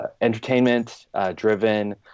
entertainment-driven